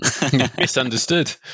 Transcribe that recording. Misunderstood